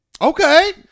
Okay